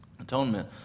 atonement